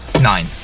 Nine